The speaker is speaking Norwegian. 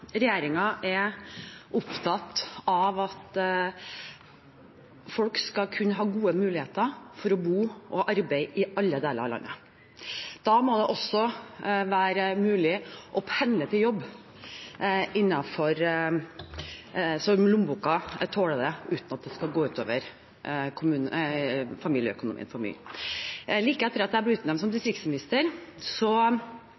er opptatt av at folk skal kunne ha gode muligheter til å bo og arbeide i alle deler av landet. Da må det også være mulig å pendle til jobb innenfor det lommeboka tåler uten at det skal gå for mye ut over familieøkonomien. Like etter at jeg ble utnevnt